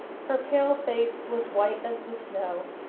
her pale face was white as the snow,